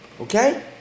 Okay